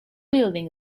building